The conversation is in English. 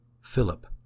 Philip